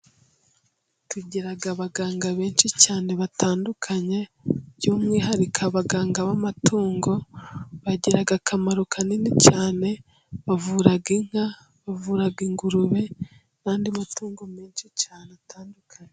Tugira abaganga benshi cyane batandukanye by'umwihariko abaganga b'amatungo, bagira akamaro kanini cyane, bavura inka, bavura ingurube n'andi matungo menshi cyane atandukanye.